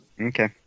Okay